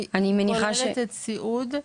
היא כוללת את סיעוד,